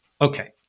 Okay